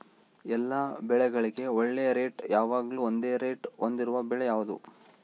ಎಲ್ಲ ಬೆಳೆಗಳಿಗೆ ಒಳ್ಳೆ ರೇಟ್ ಯಾವಾಗ್ಲೂ ಒಂದೇ ರೇಟ್ ಹೊಂದಿರುವ ಬೆಳೆ ಯಾವುದು?